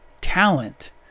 talent